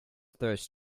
throws